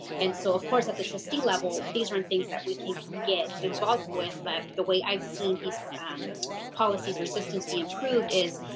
and so of course at the trustee level, these are and things that we can't get involved with, but the way i've seen these policies or systems be improved is